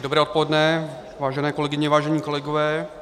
Dobré odpoledne, vážené kolegyně, vážení kolegové.